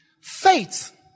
Faith